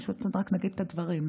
פשוט רק נגיד את הדברים,